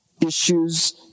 issues